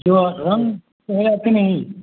जो रंग रहेगा कि नहीं